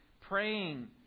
praying